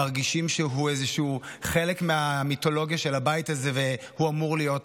מרגישים שהוא איזשהו חלק מהמיתולוגיה של הבית הזה ושהוא אמור להיות פה.